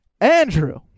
Andrew